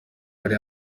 bari